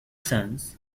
sons